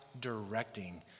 directing